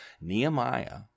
nehemiah